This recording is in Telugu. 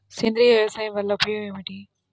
సేంద్రీయ వ్యవసాయం వల్ల ఉపయోగం ఏమిటి?